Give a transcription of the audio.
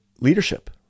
leadership